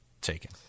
taken